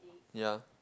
yea